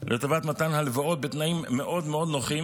לטובת מתן הלוואות בתנאים מאוד מאוד נוחים,